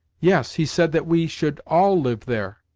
yes, he said that we should all live there.